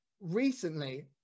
recently